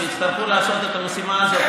כשיצטרכו לעשות את המשימה הזאת,